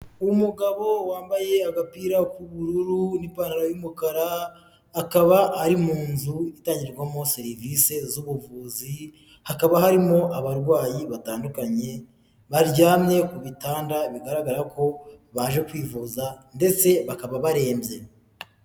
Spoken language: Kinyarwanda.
Umugabo wambaye agapira k'ubururu n'ipantaro y'umukara, akaba ari mu nzu itangirwamo serivise z'ubuvuzi, hakaba harimo abarwayi batandukanye baryamye ku bitanda, bigaragara ko baje kwivuza ndetse bakaba barembye.